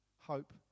hope